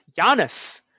Giannis